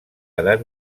edat